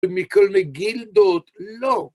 ומכל מגילדות, לא.